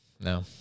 No